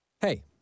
Hey